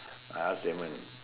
I ask lament